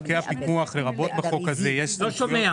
לא מדובר